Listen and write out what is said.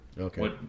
Okay